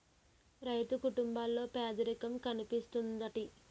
రైతు కుటుంబాల్లో పేదరికం కనిపిస్తా ఉంటది